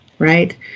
right